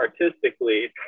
artistically